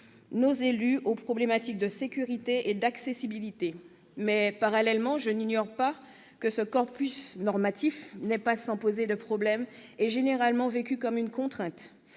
nos élus aux problématiques de sécurité et d'accessibilité. Mais, parallèlement, je n'ignore pas que ce corpus normatif n'est pas sans poser de problèmes et est généralement vécu comme une contrainte,